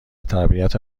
تربیت